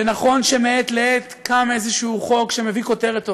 ונכון שמעת לעת קם איזה חוק שמביא כותרת טובה,